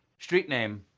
street name